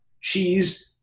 cheese